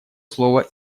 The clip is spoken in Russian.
слово